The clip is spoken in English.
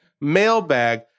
Mailbag